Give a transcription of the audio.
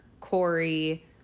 Corey